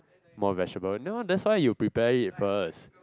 more vegetable now that's why you prepare it first